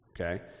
Okay